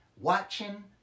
watching